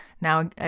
Now